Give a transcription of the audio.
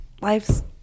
life's